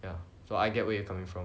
ya so I get where you're coming from